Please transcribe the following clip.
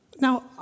Now